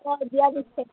অঁ দিয়া পিছে